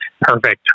Perfect